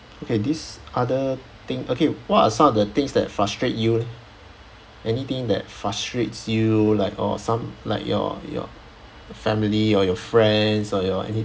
okay this other thing okay what are some of the things that frustrate you anything that frustrates you like or some like your your family or your friends or your